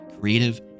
creative